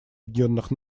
объединенных